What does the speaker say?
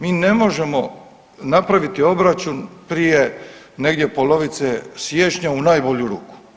Mi ne možemo napraviti obračun prije negdje polovice siječnja u najbolju ruku.